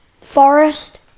Forest